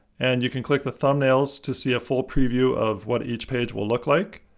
and you can click the thumbnails to see a full preview of what each page will look like.